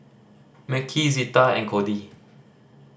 Mekhi Zita and Codi